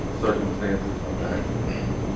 circumstances